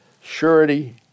surety